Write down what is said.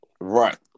right